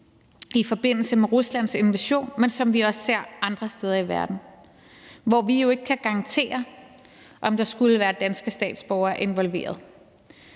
i forbindelse med Ruslands invasion, men som vi også ser andre steder i verden, hvor vi jo ikke kan garantere, at der ikke skulle være danske statsborgere involveret.